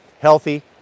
healthy